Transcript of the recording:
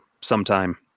sometime